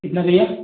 कितना भईया